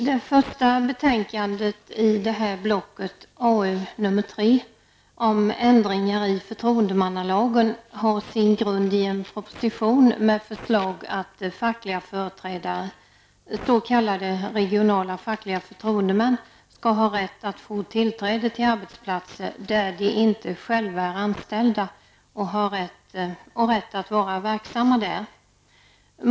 Fru talman! Arbetsmarknadsutskottets betänkande nr 3 om ändringar i förtroendemannalagen har sin grund i en proposition med förslag att fackliga företrädare, s.k. regionala fackliga förtroendemän, skall ha rätt att få tillträde till och vara verksamma på arbetsplatser, där de inte själva är anställda.